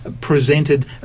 presented